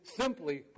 simply